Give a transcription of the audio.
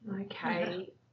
Okay